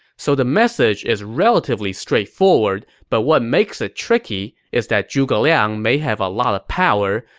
so the message is relatively straightforward, but what makes it tricky is that zhuge liang may have a lot of power,